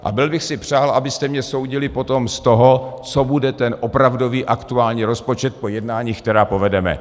A byl bych si přál, abyste mě soudili potom z toho, co bude ten opravdový aktuální rozpočet po jednáních, která povedeme.